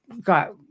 got